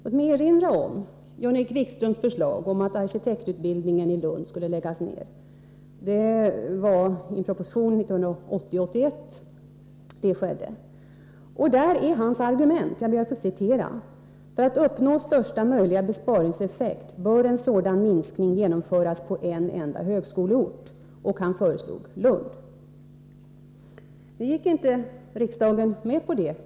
Låt mig erinra om när Jan-Erik Wikström föreslog att arkitektutbildningen i Lund skulle läggas ned. Det skedde i budgetpropositionen 1980/81. Hans argument var: För att uppnå största möjliga besparingseffekt bör en sådan minskning genomföras på en enda högskoleort. Jan-Erik Wikström föreslog alltså en nedläggning i Lund.